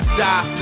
die